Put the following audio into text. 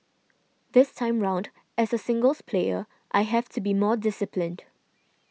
this time round as a singles player I have to be more disciplined